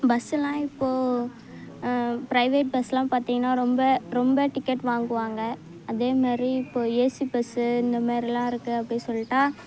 பஸ்ஸெலாம் இப்போது பிரைவேட் பஸ்ஸெலாம் பார்த்திங்கனா ரொம்ப ரொம்ப டிக்கட் வாங்குவாங்க அதே மாதிரி இப்போது ஏசி பஸ்ஸு இந்த மாதிரிலாம் இருக்குது அப்படின்னு சொல்லிட்டா